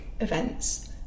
events